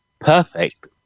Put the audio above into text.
perfect